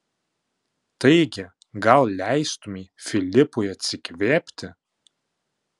taigi gal leistumei filipui atsikvėpti